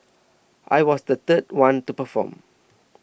I was the third one to perform